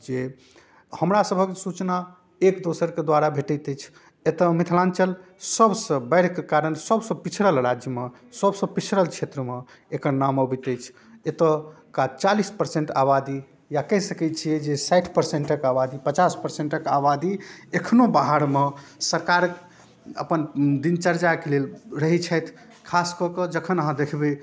जे हमरा सभके सूचना एक दोसरके द्वारा भेटैत अछि एतऽ मिथिलाञ्चल सबसँ बाढ़िके कारण सबसँ पिछड़ल राज्यमे सबसँ पिछड़ल क्षेत्रमे एकर नाम अबैत अछि एतऽके चालिस पर्सेंट आबादी या कहि सकै छियै जे साठि पर्सेंटके आबादी पचास पर्सेंटके आबादी एखनो बाहरमे सरकार अपन दिनचर्याके लेल रहै छथि खासकऽ के जखन अहाँ देखबै